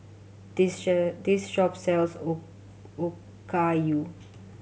this this shop sells Okayu